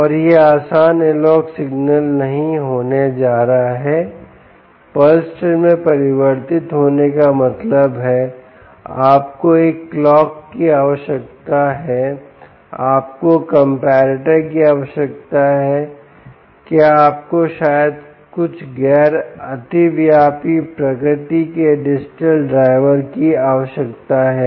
और यह आसान एनालॉग सिग्नल नहीं होने जा रहा है पल्स ट्रेन में परिवर्तित होने का मतलब है आपको एक क्लॉक की आवश्यकता है आपको कंपैरेटर की आवश्यकता है क्या आपको शायद कुछ गैर अतिव्यापी प्रकृति के डिजिटल ड्राइवर की आवश्यकता है